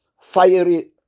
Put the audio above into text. Fiery